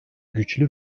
güçlü